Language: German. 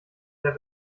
der